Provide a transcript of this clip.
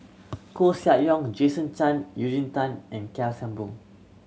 Koeh Sia Yong Jason Chan Eugene Tan and Kheng Boon